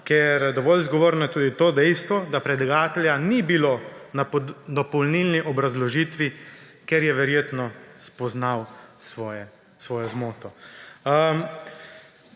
ker dovolj zgovorno je tudi to dejstvo, da predlagatelja ni bilo na dopolnilni obrazložitvi, ker je verjetno spoznal svojo zmoto.